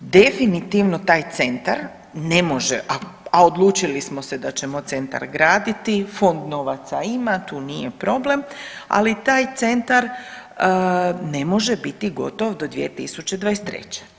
Definitivno taj centar ne može, a odlučili smo se da ćemo centar graditi, Fond novaca ima, tu nije problem, ali taj centar ne može biti gotov do 2023.